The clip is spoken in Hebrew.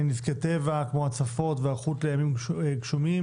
נזקי טבע כמו הצפות והיערכות לימים גשומים.